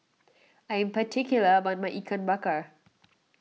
I am particular about my Ikan Bakar